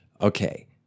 Okay